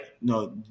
No